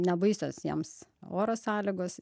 nebaisios jiems oro sąlygos